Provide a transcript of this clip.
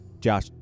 Josh